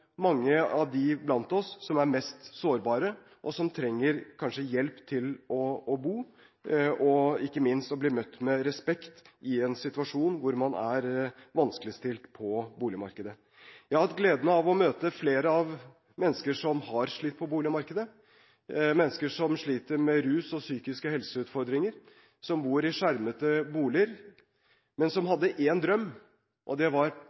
mange av dem blant oss som er mest sårbare, som kanskje trenger hjelp til å bo – og ikke minst at de blir møtt med respekt – i en situasjon der man er vanskeligstilt på boligmarkedet. Jeg har hatt gleden av å møte flere mennesker som har slitt på boligmarkedet, mennesker som sliter med rus og psykiske helseutfordringer, som bor i skjermede boliger, men som